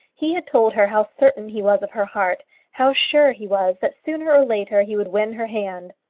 he had told her how certain he was of her heart how sure he was that sooner or later he would win her hand.